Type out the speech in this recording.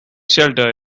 shelter